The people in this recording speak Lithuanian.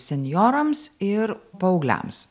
senjorams ir paaugliams